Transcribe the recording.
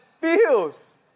feels